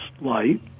light